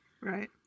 Right